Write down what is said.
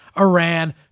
Iran